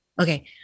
okay